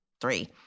three